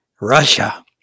Russia